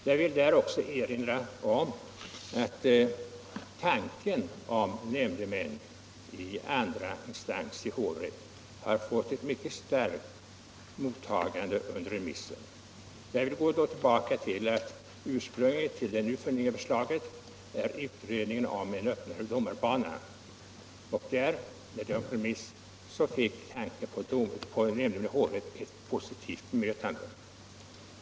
Jag vill också erinra om att tanken på nämndemän i andra instans, i hovrätt, har fått ett mycket gott mottagande under remissen. Ursprunget till det föreliggande förslaget är utredningen om en öppnare domarbana, och där fick tanken på nämndemän i hovrätt ett positivt bemötande.